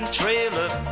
trailer